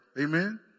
Amen